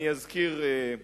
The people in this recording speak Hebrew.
אני אזכיר,